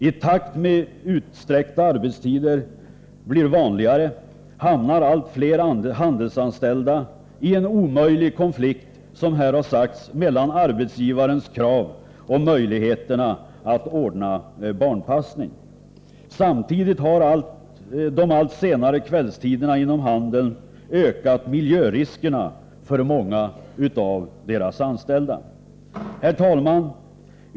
I takt med att utsträckta arbetstider blir vanligare, hamnar allt fler handelsanställda i en omöjlig konflikt mellan arbetsgivarens krav och möjligheterna att ordna barnpassning. Samtidigt har de allt senare kvällstiderna inom handeln ökat miljöriskerna för många av dess anställda. Herr talman!